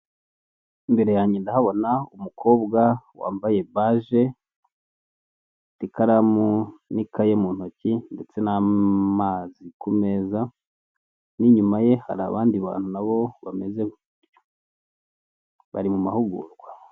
Imbere yanjye ndahabona umukobwa wambaye baje, ufite ikaramu n'ikaye mu ntoki ndetse n'amazi ku meza, n'inyuma ye hari abandi bantu nabo bameze gutyo bari mu mahugurwa.